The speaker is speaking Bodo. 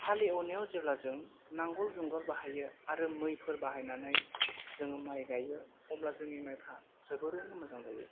हालेवनायआव जेब्ला जों नांगल जुंगाल बाहायो आरो मैफोर बाहायनानै जोङो माइ गायो अब्ला जोंनि माइफ्रा जोबोरैनो मोजां जायो